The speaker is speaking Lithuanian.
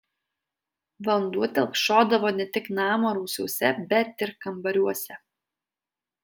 vanduo telkšodavo ne tik namo rūsiuose bet ir kambariuose